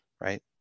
right